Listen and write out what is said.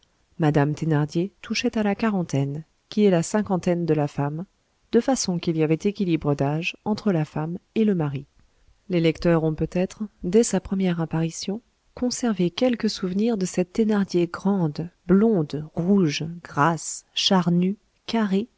madame thénardier touchait à la quarantaine qui est la cinquantaine de la femme de façon qu'il y avait équilibre d'âge entre la femme et le mari les lecteurs ont peut-être dès sa première apparition conservé quelque souvenir de cette thénardier grande blonde rouge grasse charnue carrée